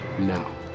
now